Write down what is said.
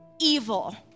evil